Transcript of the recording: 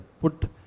Put